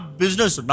business